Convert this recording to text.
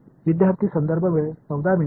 அந்த குறிப்பைப் பார்ப்பதிலிருந்து வருகிறது